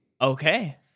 Okay